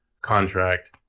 contract